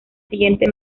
siguiente